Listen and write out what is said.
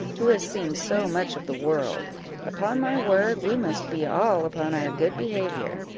who has seen so much of the world upon my word, we must be all upon our good behaviour.